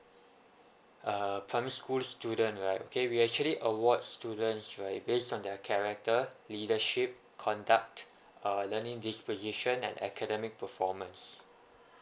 uh primary school student right okay we actually award students right based on their character leadership conduct uh learning disposition and academic performance